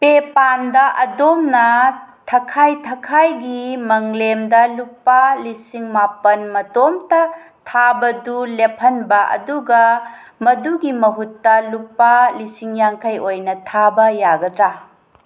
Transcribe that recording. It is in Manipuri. ꯄꯦꯄꯥꯜꯗ ꯑꯗꯣꯝꯅ ꯊꯈꯥꯏ ꯊꯈꯥꯏꯒꯤ ꯃꯪꯂꯦꯝꯗ ꯂꯨꯄꯥ ꯂꯤꯁꯤꯡ ꯃꯥꯄꯜ ꯃꯇꯣꯝꯇ ꯊꯥꯕꯗꯨ ꯂꯦꯞꯍꯟꯕ ꯑꯗꯨꯒ ꯃꯗꯨꯒꯤ ꯃꯍꯨꯠꯇ ꯂꯨꯄꯥ ꯂꯤꯁꯤꯡ ꯌꯥꯡꯈꯩ ꯑꯣꯏꯅ ꯊꯥꯕ ꯌꯥꯒꯗ꯭ꯔꯥ